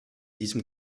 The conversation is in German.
diesem